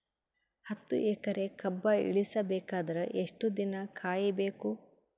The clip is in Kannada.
ಹತ್ತು ಎಕರೆ ಕಬ್ಬ ಇಳಿಸ ಬೇಕಾದರ ಎಷ್ಟು ದಿನ ಕಾಯಿ ಬೇಕು?